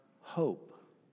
hope